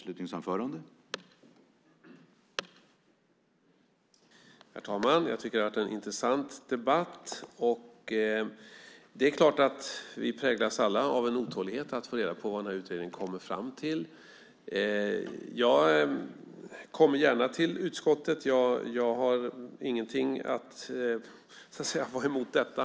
Herr talman! Jag tycker att det är en intressant debatt. Vi präglas alla av en otålighet att få reda på vad den här utredningen kommer fram till. Jag kommer gärna till utskottet. Jag har inget emot det.